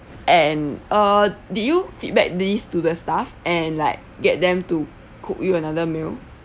and uh did you feedback these to the staff and like get them to cook you another meal